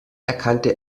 erkannte